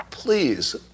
Please